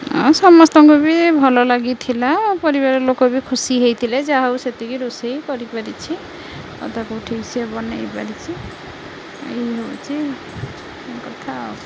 ସମସ୍ତଙ୍କୁ ବି ଭଲ ଲାଗିଥିଲା ପରିବାର ଲୋକ ବି ଖୁସି ହେଇଥିଲେ ଯାହା ହଉ ସେତିକି ରୋଷେଇ କରିପାରିଛି ଆଉ ତାକୁ ଠିକ୍ ସେ ବନେଇ ପାରିଛି ଏଇ ହେଉଛି କଥା ଆଉ